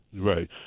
Right